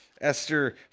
Esther